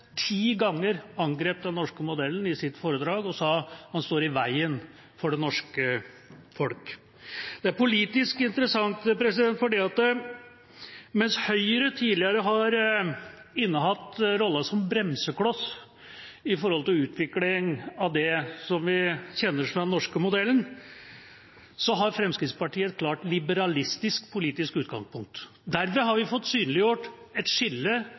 ti ganger angrep den norske modellen i sitt foredrag og sa at den står i veien for det norske folk. Det er politisk interessant, for mens Høyre tidligere har innehatt rollen som bremsekloss med hensyn til utvikling av det vi kjenner som den norske modellen, har Fremskrittspartiet et klart liberalistisk politisk utgangspunkt. Derved har vi fått synliggjort et skille